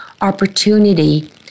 opportunity